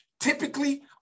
typically